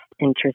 interest